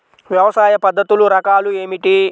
వ్యవసాయ పద్ధతులు రకాలు ఏమిటి?